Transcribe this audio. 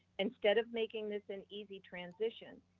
instead of making this an easy transition,